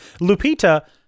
Lupita